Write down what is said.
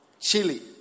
Chile